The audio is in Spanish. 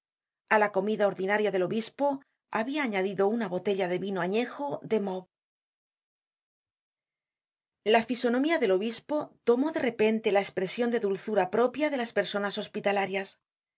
a la comida ordinaria del obispo habia añadido una botella de vino añejo de mauves content from google book search generated at la fisonomía del obispo tomó de repente la espresion de dulzura propia de las personas hospitalarias